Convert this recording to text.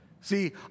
See